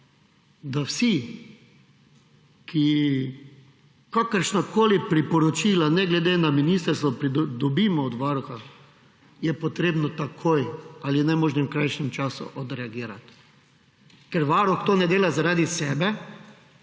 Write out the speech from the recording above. da vsi, ki kakršnakoli priporočila ne glede na ministrstvo pridobimo od Varuha, je potrebno takoj ali v najmožnem krajšem času odreagirati. Ker varuh tega ne dela zaradi sebe,